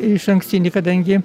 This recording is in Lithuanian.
išankstinį kadangi